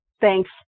Thanks